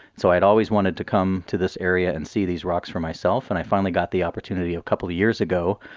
so i had always wanted to come to this area and see these rocks for myself, and i finally got the opportunity a couple of years ago.